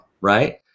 right